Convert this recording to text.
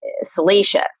salacious